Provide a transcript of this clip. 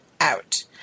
out